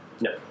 No